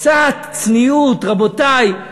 קצת צניעות, רבותי.